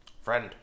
friend